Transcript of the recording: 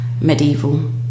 medieval